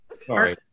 sorry